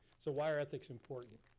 so why are ethics important?